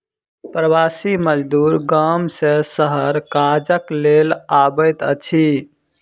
प्रवासी मजदूर गाम सॅ शहर काजक लेल अबैत अछि